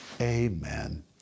amen